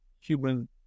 human